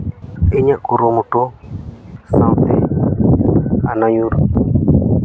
ᱤᱧᱟᱹᱜ ᱠᱩᱨᱩᱢᱩᱴᱩ ᱥᱟᱶᱛᱮ ᱟᱞᱮ ᱧᱩᱨ